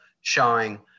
showing